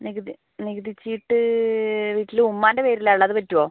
നികുതി നികുതി ചീട്ട് വീട്ടില് ഉമ്മാൻ്റെ പേരിലാണ് ഉള്ളത് അത് പറ്റുമോ